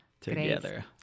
together